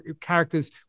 characters